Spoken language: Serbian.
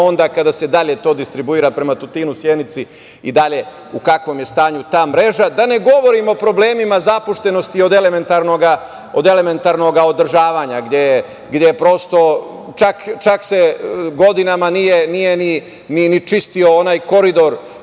onda kada se to dalje distribuira prema Tutinu, Sjenici i dalje u kakvom je stanju ta mreža. Da ne govorim o problemima zapuštenosti od elementarnoga održavanja, čak se i godinama nije ni čistio onaj koridor